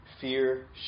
Fear